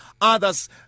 Others